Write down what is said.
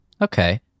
Okay